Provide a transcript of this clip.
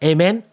Amen